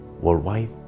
worldwide